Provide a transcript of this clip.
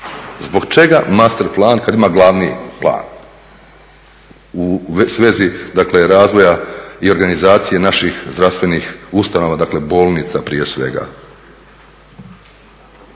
zbog čega master plan kada ima glavni plan u svezi razvoja i organizacije naših zdravstvenih ustanova, dakle bolnica prije svega.